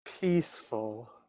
peaceful